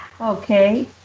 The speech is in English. Okay